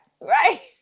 Right